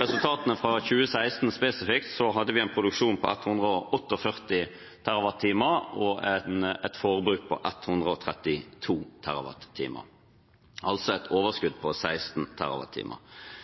resultatene fra 2016 spesifikt: Vi hadde en produksjon på 148 TWh og et forbruk på 132 TWh, altså et